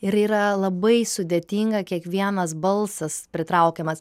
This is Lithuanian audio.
ir yra labai sudėtinga kiekvienas balsas pritraukiamas